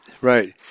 Right